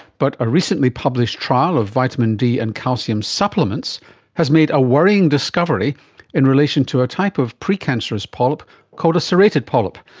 but a recently published trial of vitamin d and calcium supplements has made a worrying discovery in relation to a type of precancerous polyp called a serrated polyp.